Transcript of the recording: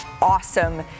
awesome